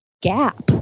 gap